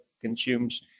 consumes